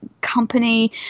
company